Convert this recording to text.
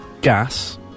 gas